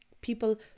people